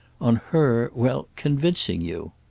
on her well, convincing you.